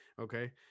Okay